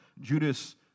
Judas